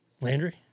Landry